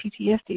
PTSD